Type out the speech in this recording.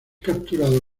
capturado